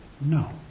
No